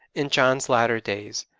in john's latter days,